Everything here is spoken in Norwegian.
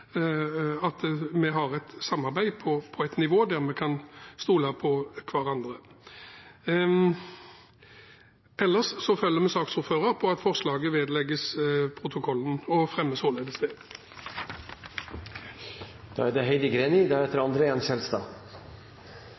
at vi har et samarbeid på et nivå der vi kan stole på hverandre. Ellers følger vi saksordfører på at forslaget vedlegges protokollen, og fremmer således det.